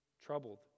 troubled